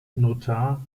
notar